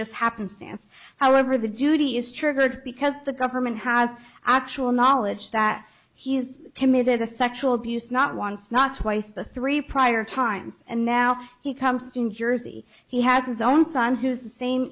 just happenstance however the duty is triggered because the government has actual knowledge that he's committed a sexual abuse not once not twice but three prior times and now he comes to new jersey he has his own son who's the same